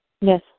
Yes